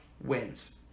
wins